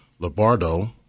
Labardo